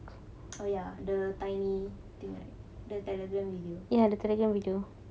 oh ya the tiny thing right the telegram video